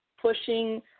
pushing